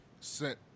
sent